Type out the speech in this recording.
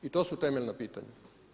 I to su temeljna pitanja.